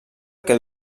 que